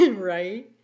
Right